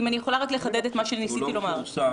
אם אני יכולה לחדד את מה שניסיתי לומר.